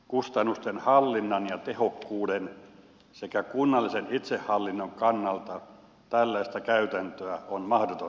kustannusten hallinnan ja tehokkuuden sekä kunnallisen itsehallinnon kannalta tällaista käytäntöä on mahdotonta hyväksyä